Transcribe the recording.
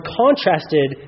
contrasted